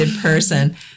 person